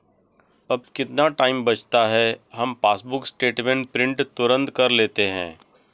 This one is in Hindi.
अब कितना टाइम बचता है, हम पासबुक स्टेटमेंट प्रिंट तुरंत कर लेते हैं